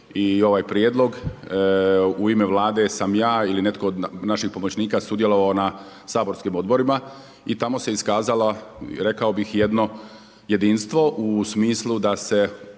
i ovaj prijedlog. U ime Vlade sam ja ili netko od naših pomoćnika sudjelovao na saborskim odborima i tamo se iskazalo, rekao bih jedno jedinstvo u smislu da se